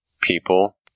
people